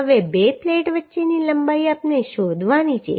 હવે બે પ્લેટ વચ્ચેની લંબાઈ આપણે શોધવાની છે